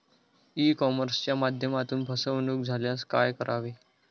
E कॉमर्सच्या माध्यमातून फसवणूक झाल्यास काय करावे?